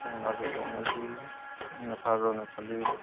ବଙ୍ଗାଲର ବଙ୍ଗାଲୀ ନେପାଲର ନେପାଲୀ